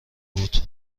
بود